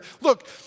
look